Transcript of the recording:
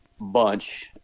bunch